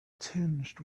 tinged